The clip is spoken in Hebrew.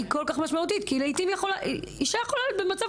היא כל כך משמעותית כי לעיתים אישה יכולה להיות במצב